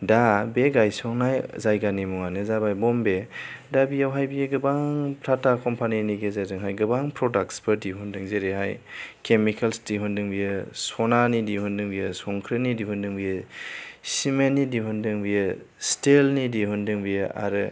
दा बे गायसन्नाय जायगानि मुङानो जाबाय बम्बे दा बेयावहाय बियो गोबां टाटा कम्पानीनि गेजेरजोंहाय गोबां प्रडाक्शफोर दिहुन्दों जेरैहाय केमिकेलस दिहुनदों बियो स'नानि दिहुनदों बियो संख्रिनि दिहुनदों बियो सिमेन्टनि दिहुनदों बियो स्टिलनि दिहुनदों बियो आरो